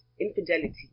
infidelity